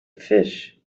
fish